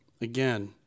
again